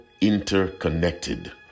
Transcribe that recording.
Interconnected